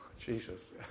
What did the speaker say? Jesus